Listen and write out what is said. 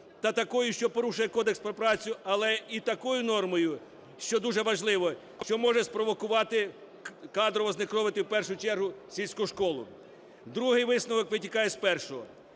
та такою, що порушує Кодекс про працю, але і такою нормою, що дуже важливо, що може спровокувати, кадрово знекровити в першу чергу сільську школу. Другий висновок витікає з першого.